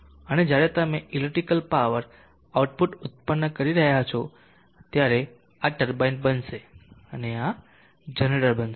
અને જ્યારે તમે ઇલેક્ટ્રિકલ પાવર આઉટપુટ ઉત્પન્ન કરી રહ્યાં છો ત્યારે આ ટર્બાઇન બનશે અને આ જનરેટર બનશે